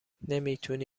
نمیتونی